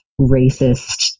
racist